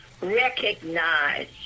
recognize